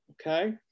okay